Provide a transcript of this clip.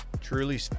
Truly